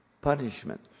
punishment